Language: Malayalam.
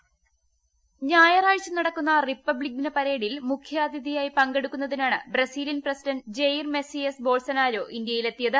വോയിസ് ഞായറാഴ്ച നടക്കുന്ന റിപ്പബ്ലിക് ദിന പരേഡിൽ മുഖ്യാതിഥി ആയി പങ്കെടുക്കുന്നതിനാണ് Brazilian president Jair Messias Bolsonaro ഇന്ത്യയിലെത്തിയത്